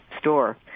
store